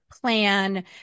plan